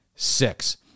six